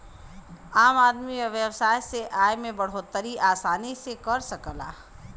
आम आदमी व्यवसाय से आय में बढ़ोतरी आसानी से कर सकला